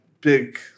big